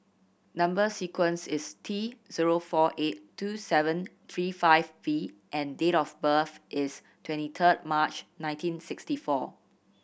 number sequence is T zero four eight two seven three five V and date of birth is twenty third March nineteen sixty four